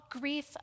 grief